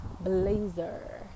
blazer